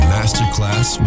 Masterclass